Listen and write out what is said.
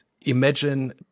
imagine